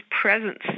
presence